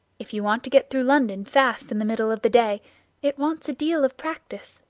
if you want to get through london fast in the middle of the day it wants a deal of practice.